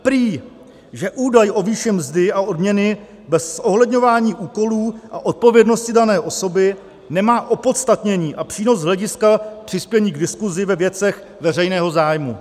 Prý že údaj o výši mzdy a odměny bez zohledňování úkolů a odpovědnosti dané osoby nemá opodstatnění a přínos z hlediska přispění k diskusi ve věcech veřejného zájmu.